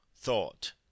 thought